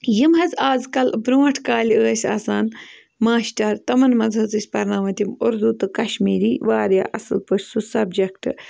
یِم حظ آزکَل برٛونٛٹھ کالہِ ٲسۍ آسان ماشٹَر تِمَن منٛز حظ ٲسۍ پَرناوان تِم اُردو تہٕ کَشمیٖری واریاہ اَصٕل پٲٹھۍ سُہ سَبجَکٹ